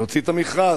נוציא את המכרז,